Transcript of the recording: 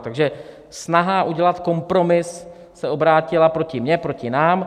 Takže snaha udělat kompromis se obrátila proti mně, proti nám.